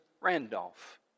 Randolph